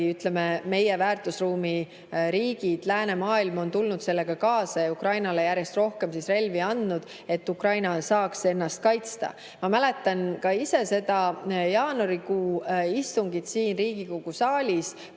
ütleme, meie väärtusruumi riigid, läänemaailm on tulnud sellega kaasa ja Ukrainale järjest rohkem relvi andnud, et Ukraina saaks ennast kaitsta. Ma mäletan seda jaanuarikuu istungit siin Riigikogu saalis,